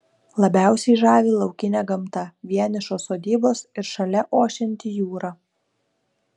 labiausiai žavi laukinė gamta vienišos sodybos ir šalia ošianti jūra